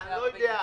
אני לא יודע,